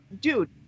Dude